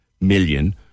million